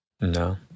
No